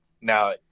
now